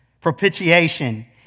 Propitiation